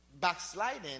backsliding